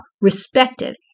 respected